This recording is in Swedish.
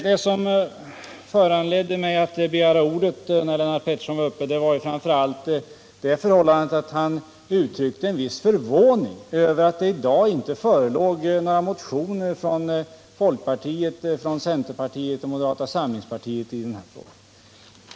Det som föranledde mig att begära ordet efter Lennart Petterssons anförande var framför allt att han uttryckte en viss förvåning över att det i dag inte föreligger några motioner från folkpartiet, centerpartiet och moderata samlingspartiet i denna fråga.